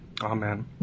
Amen